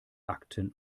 akten